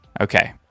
okay